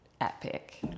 epic